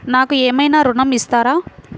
నాకు ఏమైనా ఋణం ఇస్తారా?